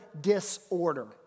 disorder